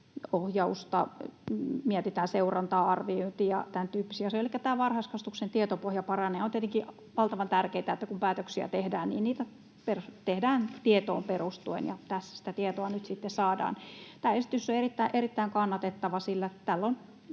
ohjausta, mietitään seurantaa, arviointia, tämäntyyppisiä asioita, elikkä tämä varhaiskasvatuksen tietopohja paranee. On tietenkin valtavan tärkeätä, että kun päätöksiä tehdään, niitä tehdään tietoon perustuen, ja tässä sitä tietoa nyt sitten saadaan. Tämä esitys on erittäin kannatettava, sillä tällä